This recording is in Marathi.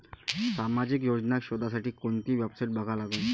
सामाजिक योजना शोधासाठी कोंती वेबसाईट बघा लागन?